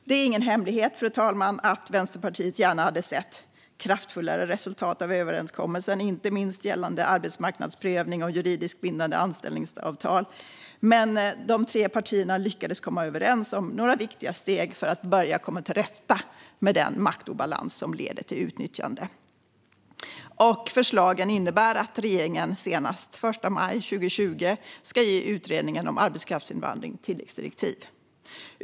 Det är ingen hemlighet, fru talman, att Vänsterpartiet gärna hade sett kraftfullare resultat av överenskommelsen, inte minst gällande arbetsmarknadsprövning och juridiskt bindande anställningsavtal, men de tre partierna lyckades komma överens om några viktiga steg för att börja komma till rätta med den maktobalans som leder till utnyttjande. Förslagen innebär att regeringen senast den 1 maj 2020 ska ge utredningen om arbetskraftsinvandring tilläggsdirektiv.